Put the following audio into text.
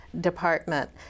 department